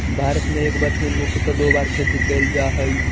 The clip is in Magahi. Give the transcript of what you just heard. भारत में एक वर्ष में मुख्यतः दो बार खेती कैल जा हइ